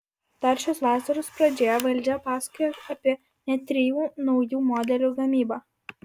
dar šios vasaros pradžioje valdžia pasakojo apie net trijų naujų modelių gamybą